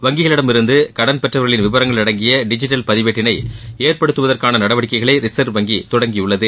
வங்கிகளிடம் இருந்து கடன் பெற்றவர்களின் விவரங்கள் அடங்கிய டிஜிட்டல் பதிவேட்டினை ஏற்படுத்துவற்கான நடவடிக்கைகளை ரிசர்வ் வங்கி தொடங்கியுள்ளது